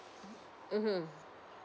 mm mmhmm